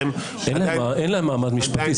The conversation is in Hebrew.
אין להם מעמד משפטי.